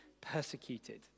persecuted